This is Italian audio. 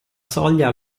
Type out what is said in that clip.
soglia